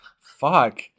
Fuck